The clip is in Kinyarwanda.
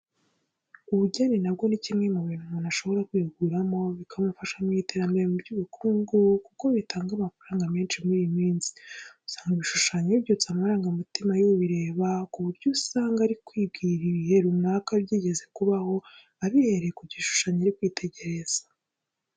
Ubugeni na bwo ni kimwe mu bintu umuntu ashobora kwihuguramo bikamufasha mu iterambere mu by'ubukungu kuko bitanga amafaranga menshi muri iyi minsi. Usanga ibishushanyo bibyutsa amarangamutima y'ubireba ku buryo usanga ari kwibwira ibihe runaka byigeze kubaho abihereye ku gishushanyo ari kwitegereza.